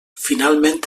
finalment